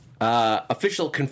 Official